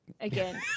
again